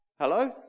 Hello